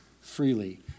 freely